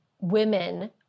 women